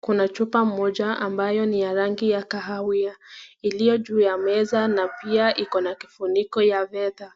Kuna chupa moja ambayo ni ya rangi ya kahawia, iliyo juu ya meza na pia iko na kifuniko ya fedha,